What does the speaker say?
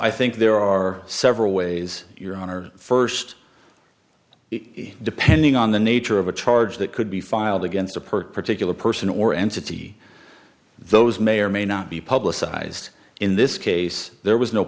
i think there are several ways your honor first depending on the nature of a charge that could be filed against a perk particular person or entity those may or may not be publicized in this case there was no